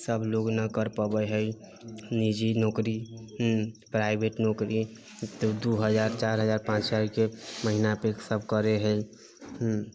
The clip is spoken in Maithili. सभ लोक न कर पबै है निजी नौकरी हूॅं प्राइभेट नौकरी तऽ दू हजार चारि हजार पाँच हजारके महिना पर सभ करै है हूॅं